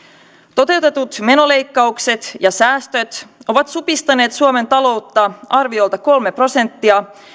toteutetut menoleikkaukset ja säästöt ovat supistaneet suomen taloutta arviolta kolme prosenttia